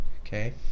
okay